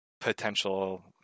potential